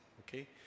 Okay